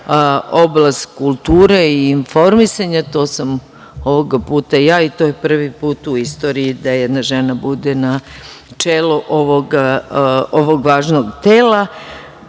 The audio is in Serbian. oblast kulture i informisanje. To sam ovog puta ja i to je prvi put u istoriji da jedna žena bude na čelu ovog važnog